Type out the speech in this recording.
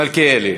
מלכיאלי.